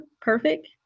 perfect